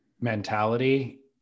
mentality